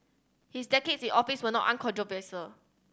his decades in office were not uncontroversial